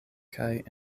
kaj